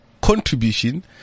contribution